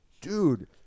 dude